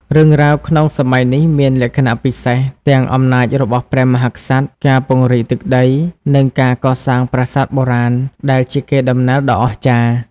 រឿងរ៉ាវក្នុងសម័យនេះមានលក្ខណៈពិសេស ទាំងអំណាចរបស់ព្រះមហាក្សត្រ ការពង្រីកទឹកដី និងការកសាងប្រាសាទបុរាណ ដែលជាកេរដំណែលដ៏អស្ចារ្យ។